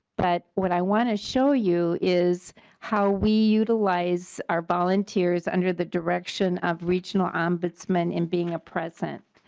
but what i want to show you is how we utilize our volunteers under the direction of regional ombudsman and being a presence.